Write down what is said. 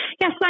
Yes